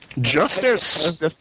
Justice